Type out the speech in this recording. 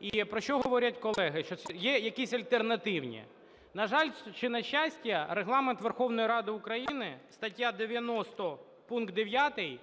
І про що говорять колеги, що є якісь альтернативні. На жаль чи на щастя, Регламент Верховної Ради України, стаття 90 пункт 9,